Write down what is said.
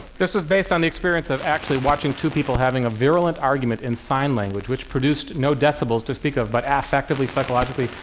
this was based on the experience of actually watching two people having a virulent argument in sign language, which produced no decibels to speak of, but affectively, psychologically,